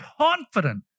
confident